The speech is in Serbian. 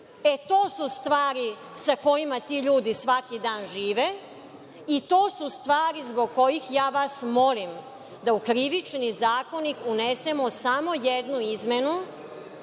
To su stvari sa kojima ti ljudi svaki dan žive i to su stvari zbog kojih ja vas molim da u Krivični zakonik unesemo samo jednu izmenu,